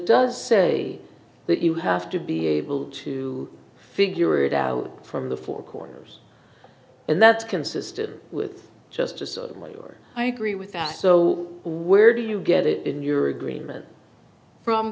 does say that you have to be able to figure it out from the four corners and that's consistent with just a sort of lawyer i agree with that so where do you get it in your agreement from